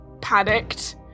panicked